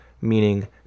meaning